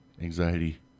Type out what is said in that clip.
anxiety